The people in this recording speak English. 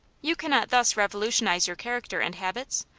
you cannot thus revolutionize your character and habits?